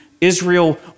Israel